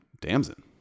Damson